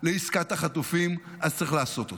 לעסקת החטופים, אז צריך לעשות אותה.